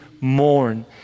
mourn